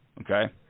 okay